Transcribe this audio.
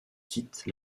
quitte